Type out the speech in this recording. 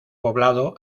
poblado